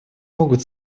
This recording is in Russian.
могут